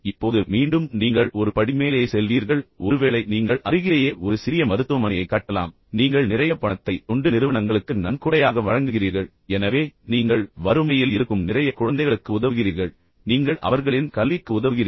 இப்போது மீண்டும் நீங்கள் ஒரு படி மேலே செல்வீர்கள் ஒருவேளை நீங்கள் அருகிலேயே ஒரு சிறிய மருத்துவமனையை கட்டலாம் நீங்கள் நிறைய பணத்தை தொண்டு நிறுவனங்களுக்கு நன்கொடையாக வழங்குகிறீர்கள் எனவே நீங்கள் வறுமையில் இருக்கும் நிறைய குழந்தைகளுக்கு உதவுகிறீர்கள் நீங்கள் அவர்களின் கல்விக்கு உதவுகிறீர்கள்